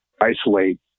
isolate